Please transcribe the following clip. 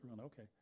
okay